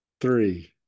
three